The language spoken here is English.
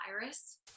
virus